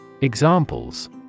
Examples